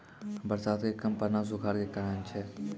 बरसात के कम पड़ना सूखाड़ के कारण छै